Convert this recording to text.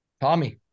Tommy